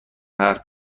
حرف